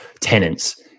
tenants